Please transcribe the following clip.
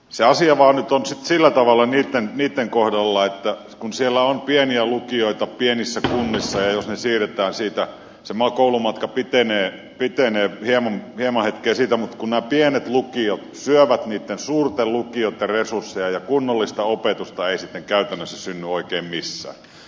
se asia vaan nyt on sitten sillä tavalla niitten kohdalla että kun siellä on pieniä lukioita pienissä kunnissa ja jos ne siirretään sieltä se koulumatka pitenee hieman mutta nämä pienet lukiot syövät niitten suurten lukioitten resursseja ja kunnollista opetusta ei sitten käytännössä synny oikein missään